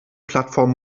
plattform